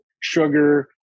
sugar